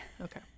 okay